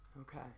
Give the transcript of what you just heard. Okay